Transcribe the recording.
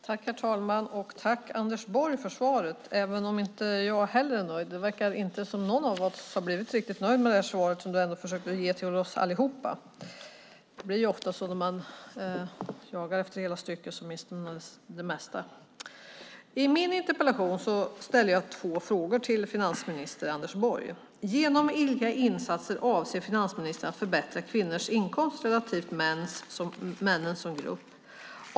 Herr talman! Tack för svaret, Anders Borg! Jag är inte heller nöjd. Det verkar inte som om någon av oss är riktigt nöjd med det svar som du har försökt att ge till oss allihop. Det blir ju ofta så att när man gapar efter mycket mister man ofta hela stycket. Jag ställde två frågor till finansminister Anders Borg i min interpellation. Genom vilka insatser avser finansministern att förbättra kvinnors inkomster relativt männens som grupp?